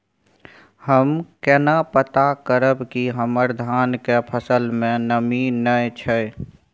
हम केना पता करब की हमर धान के फसल में नमी नय छै?